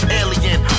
alien